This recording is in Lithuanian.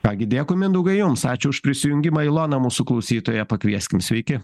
ką gi dėkui mindaugai jums ačiū už prisijungimą iloną mūsų klausytoją pakvieskim sveiki